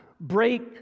break